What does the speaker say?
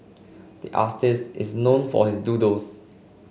the artist is known for his doodles